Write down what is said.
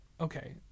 okay